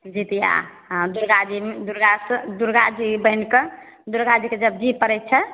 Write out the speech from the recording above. जीतिया हँ दुर्गा जी दुर्गा दुर्गा जी बनिके दुर्गा जीके जब जीह पड़ैत छै